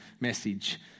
message